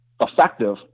effective